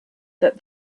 that